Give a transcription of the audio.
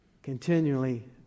Continually